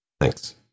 Thanks